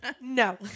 No